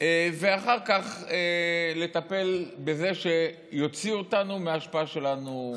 ואחר כך לטפל בזה שיוציאו אותנו מההשפעה שלנו.